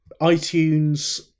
iTunes